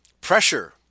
pressure